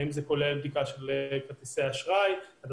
האם זה כולל בדיקה של כרטיסי אשראי וכן הלאה.